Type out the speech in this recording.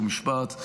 חוק ומשפט.